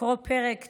לקרוא פרק תהילים,